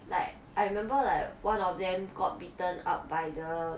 like I remember like one of them got bitten out by the